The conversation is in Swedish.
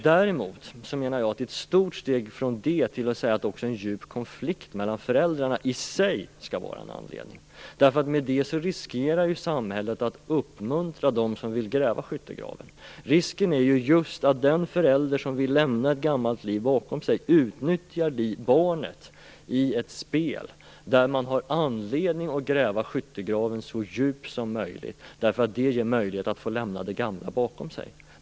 Däremot menar jag att det är ett stort steg från det till att säga att också en djup konflikt mellan föräldrarna i sig skall vara en anledning. Med det riskerar ju samhället att uppmuntra dem som vill gräva skyttegrav. Risken är just att den förälder som vill lämna ett gammalt liv bakom sig utnyttjar barnet i ett spel, där man har anledning att gräva skyttegraven så djup som möjligt därför att det ger möjlighet att få lämna det gamla bakom sig.